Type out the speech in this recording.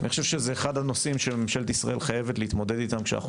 אני חושב שזה אחד הנושאים שממשלת ישראל חייבת להתמודד איתם כשאנחנו